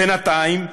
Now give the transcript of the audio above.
בינתיים,